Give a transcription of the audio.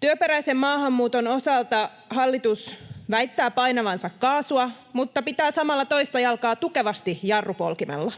Työperäisen maahanmuuton osalta hallitus väittää painavansa kaasua mutta pitää samalla toista jalkaa tukevasti jarrupolkimella.